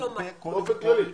באופן כללי.